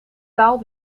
taal